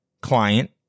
client